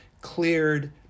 cleared